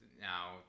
now